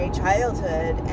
childhood